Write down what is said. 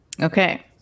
Okay